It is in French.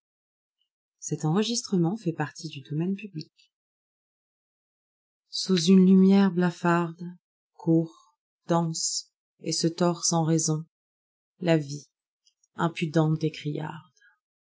sous une lumière blafardecourt danse et se tord sans raisonla vie impudente et